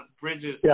Bridges